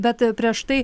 bet prieš tai